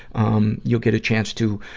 um, you'll get a chance to,